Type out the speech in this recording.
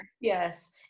Yes